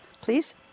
please